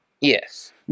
Yes